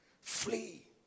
Flee